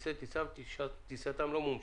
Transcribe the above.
כרטיסי טיסה וטיסתם לא מומשה.